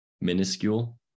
minuscule